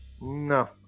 No